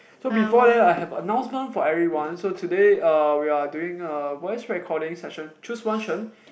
so before that I have announcement for everyone so today uh we are doing a voice recording session choose one Shen